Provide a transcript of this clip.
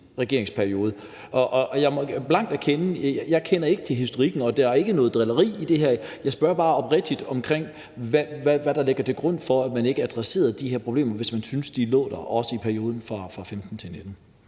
regeringsperiode. Jeg må blankt erkende, at jeg ikke kender til historikken, og der er ikke noget drilleri i det her. Jeg spørger bare oprigtigt om, hvad der ligger til grund for, at man ikke adresserede de problemer, hvis man også syntes, de lå i perioden fra 2015 til 2019.